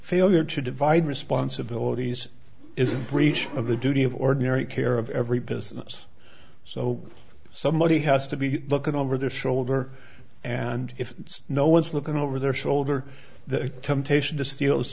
failure to divide responsibilities is a breach of the duty of ordinary care of every business so somebody has to be looking over their shoulder and if no one's looking over their shoulder the temptation to steal is